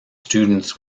students